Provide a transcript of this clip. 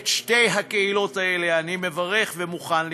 את שתי הקהילות האלה אני מברך ומוכן לתמוך.